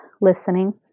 listening